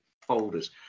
folders